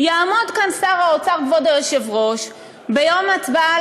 יעמוד כאן שר האוצר, כבוד היושב-ראש, ביום ההצבעה